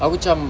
aku cam